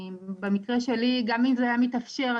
במקרה שלי גם אם זה היה מתאפשר,